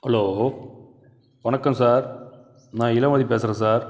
hello வணக்கம் sir நான் இளமதி பேசுகிறேன் சார்